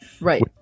Right